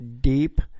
deep